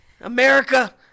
America